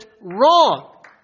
wrong